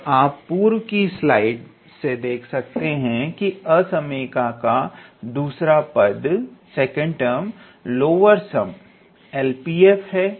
और आप पूर्व की स्लाइड से देख सकते हैं कि असामयिका का दूसरा पद लोअर सम LP f ही है